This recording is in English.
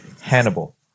Hannibal